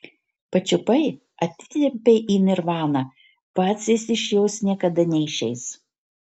pačiupai atitempei į nirvaną pats jis iš jos niekada neišeis